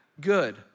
good